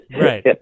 right